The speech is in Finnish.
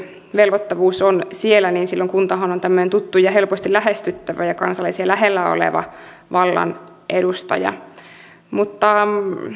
velvoittavuus on siellä kunnilla niin silloin kuntahan on tämmöinen tuttu ja helposti lähestyttävä ja kansalaisia lähellä oleva vallan edustaja mutta